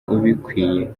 ubikwiye